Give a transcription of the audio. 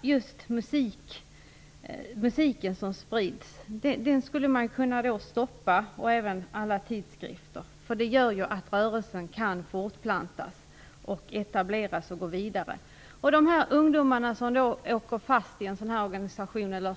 Just musiken och tidskrifterna borde man kunna stoppa. Det är ju de som gör att rörelsen kan fortplantas och etableras. De ungdomar som fastnar i en sådan här organisation har